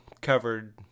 covered